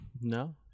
no